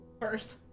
First